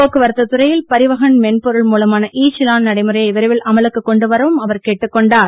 போக்குவரத்து துறையில் பரிவகன் மென்பொருள் மூலமான இ சலான் நடைமுறையை விரைவில் அமலுக்கு கொண்டு வரவும் அவர் கேட்டுக் கொண்டார்